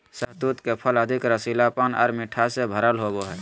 शहतूत के फल अधिक रसीलापन आर मिठास से भरल होवो हय